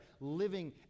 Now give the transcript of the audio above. living